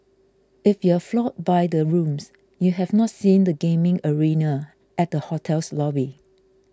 if you're floored by the rooms you have not seen the gaming arena at the hotel's lobby